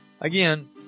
again